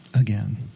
again